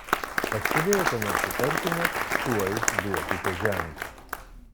pastebėję ką nors įtartino tuoj duokite ženklą